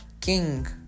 king